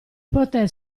poter